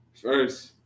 First